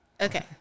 Okay